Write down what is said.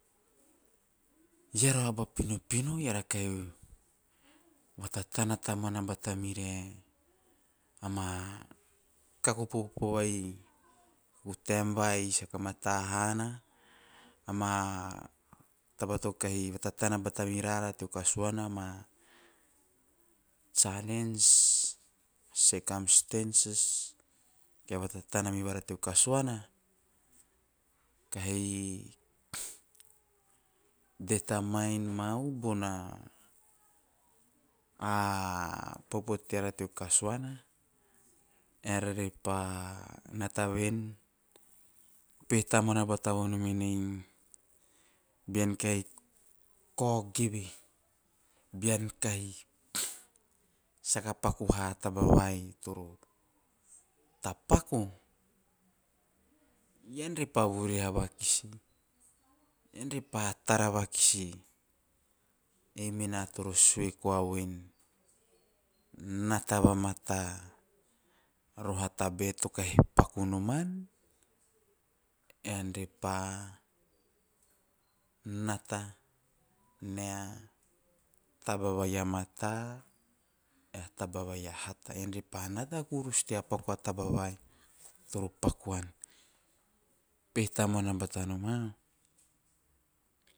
Eara o aba pinopino eara kahi vatatana tamuana bata mire ama kaku popo vai taem vai saka mata hana to kahi vatatana bata merarai teo kasuana ama challenge, circumstances, kahi vatatana mevara teo kasuana kahi determine mau bona popo teara teo kasuana eara re pa nata ven, upehe tamuana bata vonom en bean kahi kao geve, bean kahi, saka paku ha taba vai, tapaku ean re pa vuriha vakis, ean re pa tara vakis, ei mena toro sue koa ven tara vamata ama tabae to kahi paku noman ean ean pa nata nea taba vai a mata ae a taba vai toro paku an. Upehe tamuana batanom a.